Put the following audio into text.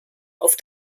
auf